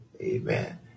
Amen